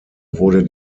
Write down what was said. wurde